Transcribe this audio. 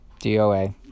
DOA